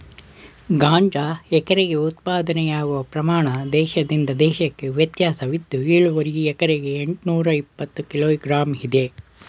ಗಾಂಜಾ ಎಕರೆಗೆ ಉತ್ಪಾದನೆಯಾಗುವ ಪ್ರಮಾಣ ದೇಶದಿಂದ ದೇಶಕ್ಕೆ ವ್ಯತ್ಯಾಸವಿದ್ದು ಇಳುವರಿ ಎಕರೆಗೆ ಎಂಟ್ನೂರಇಪ್ಪತ್ತು ಕಿಲೋ ಗ್ರಾಂ ಇದೆ